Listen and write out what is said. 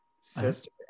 sister